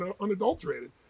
unadulterated